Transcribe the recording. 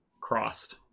crossed